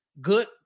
good